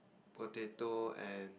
potato and